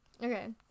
okay